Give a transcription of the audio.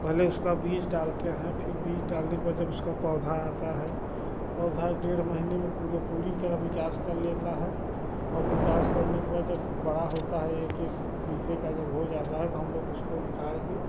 पहले उसका बीज डालते हैं फ़िर बीज डालने के बाद जब उसका पौधा आता है पौधा डेढ़ महीने में पूरा पूरी तरह भी विकास कर लेता है और विकास करने के बाद जब बड़ा होता है एक एक बीजे का जब हो जाता है तो हम लोग उसको उखाड़कर